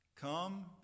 come